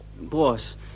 Boss